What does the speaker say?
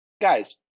Guys